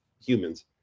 humans